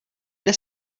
jde